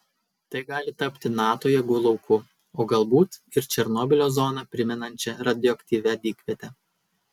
tai gali tapti nato jėgų lauku o galbūt ir černobylio zoną primenančia radioaktyvia dykviete